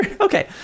Okay